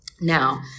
Now